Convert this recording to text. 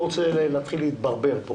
לעומת מה שהוא יקבל אם יש לו 30